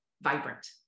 vibrant